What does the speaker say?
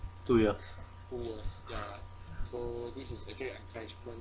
two years